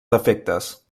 defectes